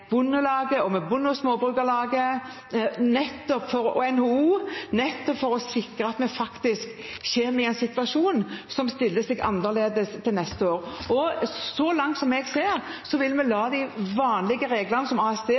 NHO, nettopp for å sikre at vi kommer i en situasjon som stiller seg annerledes til neste år. Så langt jeg kan se, vil vi la de vanlige reglene som ASD